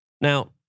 Now